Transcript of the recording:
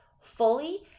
fully